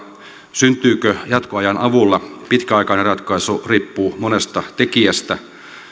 syntyykö jatkoajan avulla pitkäaikainen ratkaisu riippuu monesta tekijästä